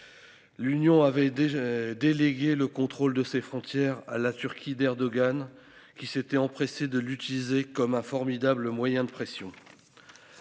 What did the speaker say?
L'Union avait déjà délégué le contrôle de ses frontières à la Turquie d'Erdogan qui s'étaient empressés de l'utiliser comme un formidable moyen de pression.